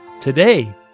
Today